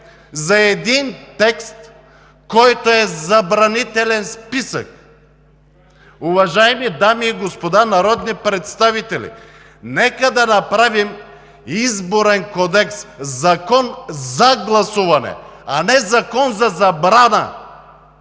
за един текст, който е забранителен списък! Уважаеми дами и господа народни представители! Нека да направим Изборен кодекс – закон за гласуване, а не закон за забрана